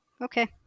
Okay